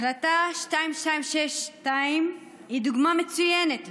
החלטה 2262 היא דוגמה מצוינת לכך,